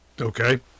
Okay